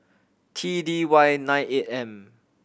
T D Y nine eight M